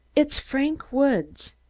it's frank woods.